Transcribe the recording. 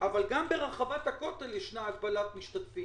אבל גם ברחבת הכותל יש הגבלת מספר משתתפים